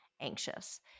anxious